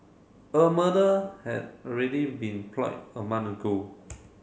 a murder had already been a month ago